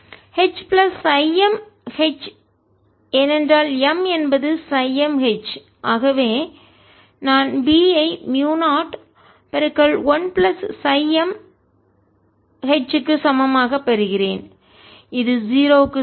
H plus psi MH ஏனென்றால் M என்பது psi MH ஆகவே நான் B ஐ மியூ0 1 பிளஸ் சை MH க்கு சமமாக பெறுகிறேன் இது 0 க்கு சமம்